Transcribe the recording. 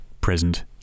present